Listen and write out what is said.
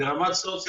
ועוד רשויות